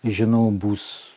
žinau bus